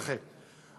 אכן.